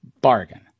Bargain